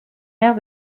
mère